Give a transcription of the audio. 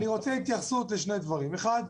אני רוצה התייחסות לשני דברים: הראשון,